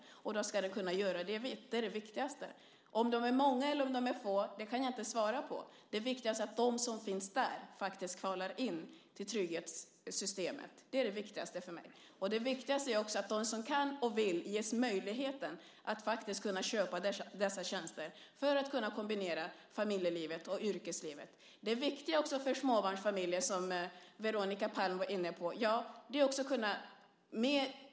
Då ska de kunna göra det vitt. Det är det viktigaste. Om de är många eller om de är få kan jag inte svara på. Det viktigaste är att de som finns där faktiskt kvalar in till trygghetssystemet. Det är det viktigaste för mig. Mycket viktigt är också att de som kan och vill ges möjligheten att faktiskt kunna köpa dessa tjänster för att kunna kombinera familjelivet och yrkeslivet. Det är viktigt också för småbarnsfamiljer, som Veronica Palm var inne på.